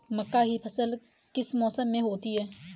मक्का की फसल किस मौसम में होती है?